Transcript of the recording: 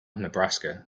nebraska